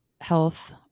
health